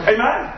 Amen